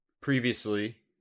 previously